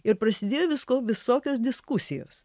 ir prasidėjo visko visokios diskusijos